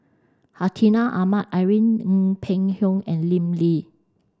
Hartinah Ahmad Irene Ng Phek Hoong and Lim Lee